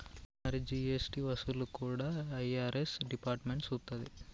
మరి జీ.ఎస్.టి వసూళ్లు కూడా ఐ.ఆర్.ఎస్ డిపార్ట్మెంట్ సూత్తది